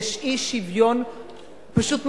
יש אי-שוויון פשוט מדהים.